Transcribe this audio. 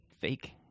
fake